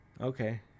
okay